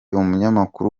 umunyamakuru